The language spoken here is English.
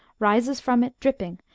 rises from it, dripping,